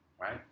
right